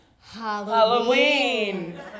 Halloween